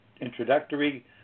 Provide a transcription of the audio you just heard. introductory